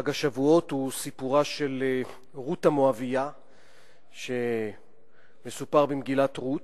חג השבועות הוא סיפורה של רות המואבייה שמסופר במגילת רות,